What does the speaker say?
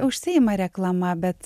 užsiima reklama bet